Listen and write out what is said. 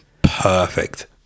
Perfect